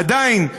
עדיין,